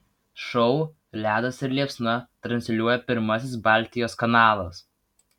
šou ledas ir liepsna transliuoja pirmasis baltijos kanalas